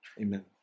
Amen